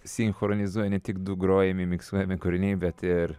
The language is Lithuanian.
sinchronizuoja ne tik du grojami fiksuojami kūriniai bet ir